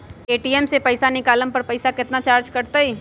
ATM से पईसा निकाले पर पईसा केतना चार्ज कटतई?